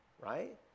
right